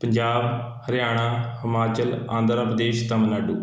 Punjab Haryana Himachal Andhra Pradesh Tamil Nadu